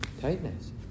tightness